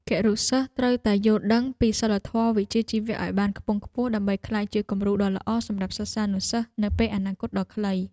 គរុសិស្សត្រូវតែយល់ដឹងពីសីលធម៌វិជ្ជាជីវៈឱ្យបានខ្ពង់ខ្ពស់ដើម្បីក្លាយជាគំរូដ៏ល្អសម្រាប់សិស្សានុសិស្សនៅពេលអនាគតដ៏ខ្លី។